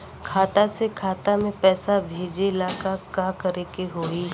खाता से खाता मे पैसा भेजे ला का करे के होई?